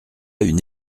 une